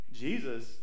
Jesus